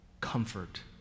comfort